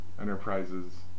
Enterprises